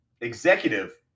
executive